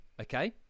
okay